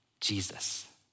Jesus